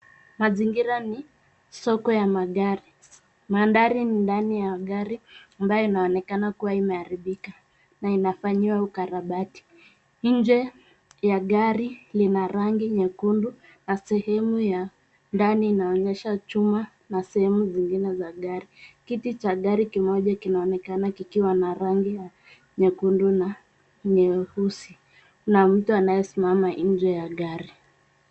Mazingira ni soko ya magari. Mandhari ndani ya gari ambayo inaonekana kuwa imeharibika na inafanyiwa ukarabati. Nje ya gari lina rangi nyekundu na sehemu ya ndani inaonyesha chuma na sehemu zingine za gari. Kiti cha gari kimoja kinaonekana kikiwa na rangi ya nyekundu na nyeusi. Kuna mtu anayesimama nje ya gari.